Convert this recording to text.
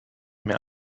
mehr